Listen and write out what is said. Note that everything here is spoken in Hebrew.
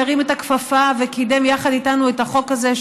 שהרים את הכפפה וקידם יחד איתנו את החוק הזה,